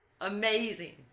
Amazing